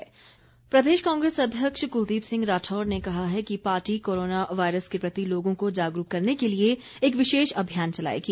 राठौर प्रदेश कांग्रेस अध्यक्ष कुलदीप सिंह राठौर ने कहा है कि पार्टी कोरोना वायरस के प्रति लोगों को जागरूक करने के लिए एक विशेष अभियान चलाएगी